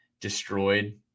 destroyed